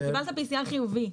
אם קיבלת PCR חיובי,